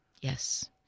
Yes